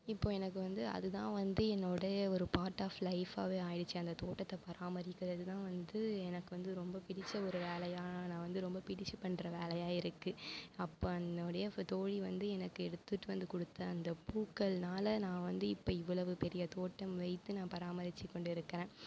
இப்போ எனக்கு வந்து அதுதான் வந்து என்னுடைய ஒரு பார்ட் ஆஃப் லைஃப்பாகவே ஆயிடுச்சு அந்த தோட்டத்தை பராமரிக்கிறதுதான் வந்து எனக்கு வந்து ரொம்ப பிடிச்ச ஒரு வேலையாக நான் வந்து ரொம்ப பிடிச்சு பண்ணுற வேலையாக இருக்கு அப்போ என்னுடைய தோழி வந்து எனக்கு எடுத்துகிட்டு வந்து கொடுத்த அந்த பூக்கள்னால நான் வந்து இப்போ இவ்வளவு பெரிய தோட்டம் வைத்து நான் பராமரிச்சு கொண்டிருக்கேன்